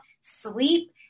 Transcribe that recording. sleep